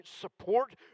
support